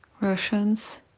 Russians